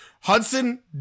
Hudson